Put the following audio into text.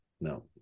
No